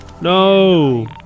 No